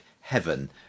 heaven